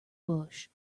bush